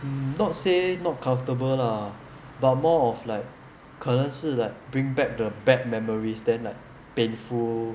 mm not say not comfortable lah but more of like 可能是 like bring back the bad memories then like painful